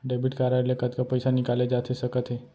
Debit card ले कतका पइसा निकाले जाथे सकत हे?